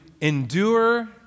endure